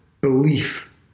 belief